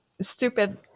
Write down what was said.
stupid